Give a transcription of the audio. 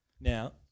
Now